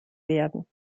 werden